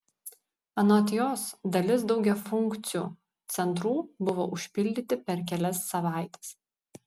anot jos dalis daugiafunkcių centrų buvo užpildyti per kelias savaites